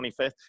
25th